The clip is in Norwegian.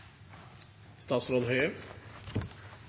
statsråd